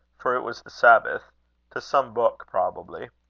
for it was the sabbath to some book, probably.